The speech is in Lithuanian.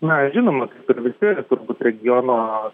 na žinoma kaip ir visi turbūt regiono